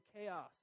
chaos